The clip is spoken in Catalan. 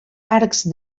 arcs